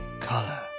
color